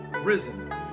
risen